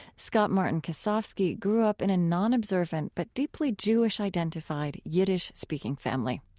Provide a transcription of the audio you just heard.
scott-martin kosofsky grew up in a nonobservant but deeply jewish-identified, yiddish-speaking family.